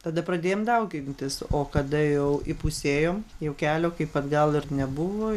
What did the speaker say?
tada pradėjom daugintis o kada jau įpusėjom jau kelio kaip atgal dar nebuvo